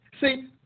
See